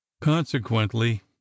consequently